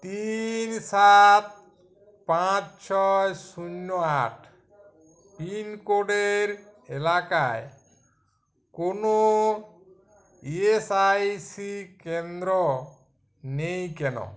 তিন সাত পাঁচ ছয় শূন্য আট পিনকোডের এলাকায় কোনও ইএসআইসি কেন্দ্র নেই কেন